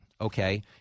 okay